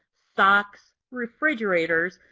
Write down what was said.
socks, refrigerators,